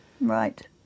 right